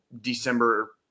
December